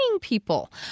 people